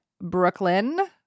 Brooklyn